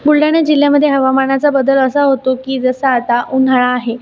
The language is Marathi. बुलढाणा जिल्ह्यामध्ये हवामानाचा बदल असा होतो की जसा आता उन्हाळा आहे